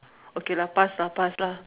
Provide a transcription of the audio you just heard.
okay lah pass lah pass lah